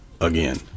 again